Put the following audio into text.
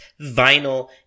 vinyl